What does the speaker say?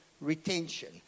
retention